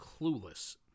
clueless